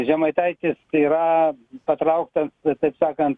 žemaitaitis yra patrauktas taip sakant